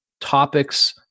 topics